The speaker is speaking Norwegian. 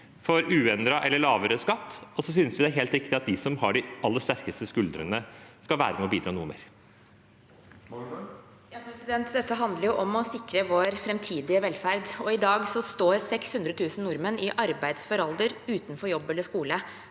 får uendret eller lavere skatt, og så synes vi det er helt riktig at de som har de aller sterkeste skuldrene, skal være med og bidra noe mer. Anna Molberg (H) Dette handler om å sikre vår framtidige velferd, og i dag står 600 000 nordmenn i arbeidsfør alder utenfor jobb eller skole.